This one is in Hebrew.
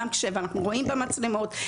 ואנחנו רואים במצלמות,